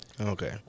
Okay